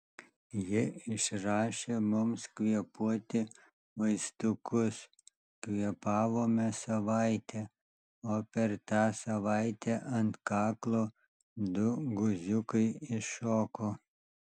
ji išrašė mums kvėpuoti vaistukus kvėpavome savaitę o per tą savaitę ant kaklo du guziukai iššoko